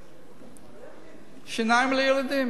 טיפולי שיניים לילדים,